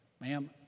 Ma'am